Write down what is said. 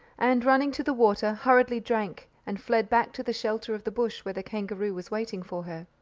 and running to the water, hurriedly drank, and fled back to the shelter of the bush, where the kangaroo was waiting for her.